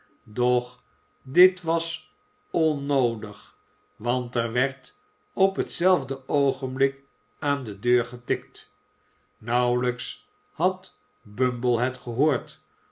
doch dit was onnoodig want er werd op hetzelfde oogenblik aan de deur getikt nauwelijks had bumble het gehoord